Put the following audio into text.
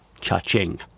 cha-ching